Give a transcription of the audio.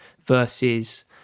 versus